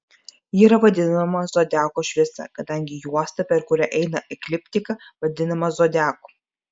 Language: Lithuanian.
ji yra vadinama zodiako šviesa kadangi juosta per kurią eina ekliptika vadinama zodiaku